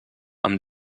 amb